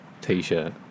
T-shirt